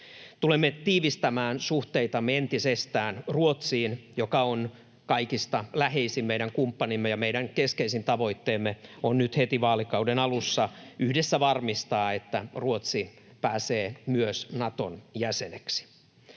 Tulemme tiivistämään entisestään suhteitamme Ruotsiin, joka on meidän kaikista läheisin kumppanimme, ja meidän keskeisin tavoitteemme on nyt heti vaalikauden alussa yhdessä varmistaa, että myös Ruotsi pääsee Naton jäseneksi.